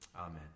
Amen